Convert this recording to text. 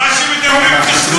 מה שמדברים קשקוש, נכון?